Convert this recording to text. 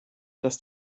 das